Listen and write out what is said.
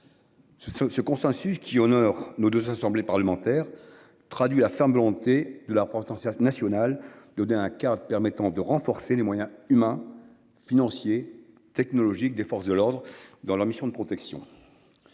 ce consensus qui honore nos deux assemblées parlementaires traduit la ferme volonté de la repentance nationale, donner un cadre permettant de renforcer les moyens humains, financiers, technologiques, des forces de l'ordre dans leur mission de protection.